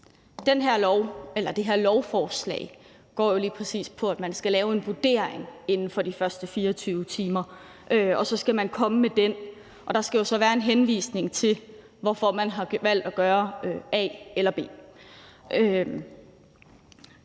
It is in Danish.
Det her lovforslag går jo lige præcis på, at man skal lave en vurdering inden for de første 24 timer, og så skal man komme med den, og der skal også være en henvisning til, hvorfor man har valgt at gøre a eller b.